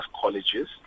colleges